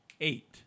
eight